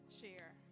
share